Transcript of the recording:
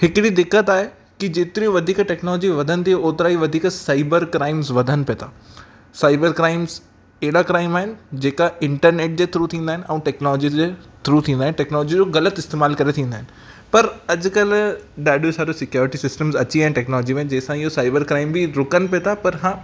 हिकिड़ी दिक़तु आहे की जेतरियूं वधीक टेक्नोलॉजी वधनि थियूं ओतिरा ई वधीक साइबर क्राइम्स वधनि पिया था साइबर क्राइम्स अहिड़ा क्राइम आहिनि जेका इंटरनेट जे थ्रू थींदा आहिनि ऐं टेक्नोलॉजी जे थ्रू थींदा आहिनि टेक्नोलॉजी जो ग़लति इस्तेमालु करे थींदा आहिनि पर अॼकल्ह ॾाढियूं सारियूं सिक्योरिटी सिस्टम अची विया आहिनि टेक्नोलॉजी में जेसि ताईं इहो साइबर क्राइम बि रूकनि पिया था पर हां